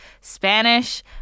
Spanish